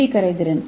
D கரைதிறன்